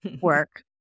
work